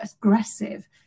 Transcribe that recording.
aggressive